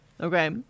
Okay